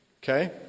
Okay